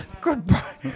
Goodbye